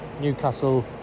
Newcastle